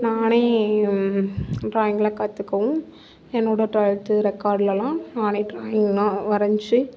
நானே டிராயிங்லாம் கற்றுக்கவும் என்னோடய டிரா இது ரெக்கார்டுலலாம் நானே டிராயிங்லாம் வரைஞ்சி